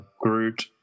Groot